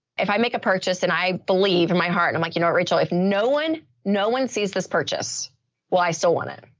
if i make a purchase and i believe in my heart and i'm like, you know what, rachel, if no one, no one sees this purchase will, i still want it.